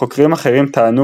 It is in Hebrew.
חוקרים אחרים טענו,